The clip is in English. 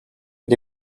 but